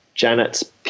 Janet's